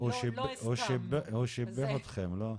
--- כן, הוא שיבח אתכם לא?